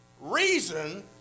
reason